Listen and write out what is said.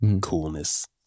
coolness